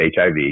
HIV